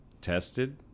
tested